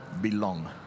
belong